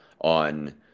on